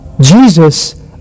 Jesus